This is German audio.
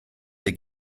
der